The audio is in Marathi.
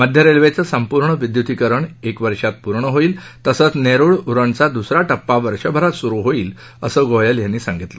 मध्य रेल्वेचं संपूर्ण विद्युतीकरण एक वर्षात पूर्ण होईल तसंच नेरुळ उरण चा दुसरा टप्पा वर्षभरात सुरू होईल असं गोयल यांनी सांगितलं